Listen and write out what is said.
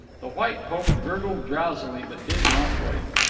the white hope gurgled drowsily, but did not wake.